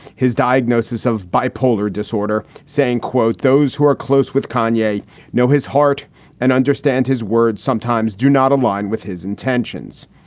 his diagnosis of bipolar disorder saying, quote, those who are close with konya know his heart and understand his words sometimes do not align with his intentions.